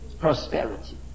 prosperity